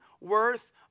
worth